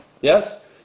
yes